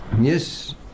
Yes